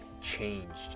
changed